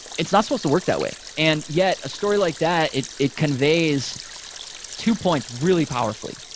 it's not supposed to work that way. and yet a story like that, it it conveys two points really powerfully.